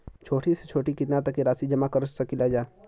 छोटी से छोटी कितना तक के राशि जमा कर सकीलाजा?